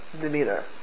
demeanor